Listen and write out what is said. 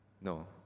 No